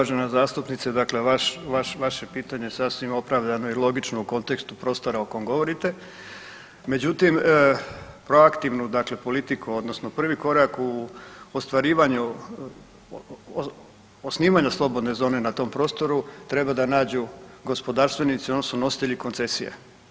Zahvaljujem se uvažena zastupnice, dakle vaš, vaše pitanje je sasvim opravdano i logično u kontekstu prostora o kom govorite, međutim proaktivnu dakle politiku odnosno prvi korak u ostvarivanju, osnivanju slobodne zone na tom prostoru treba da nađu gospodarstvenici odnosno nositelji koncesije.